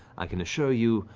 i can assure you,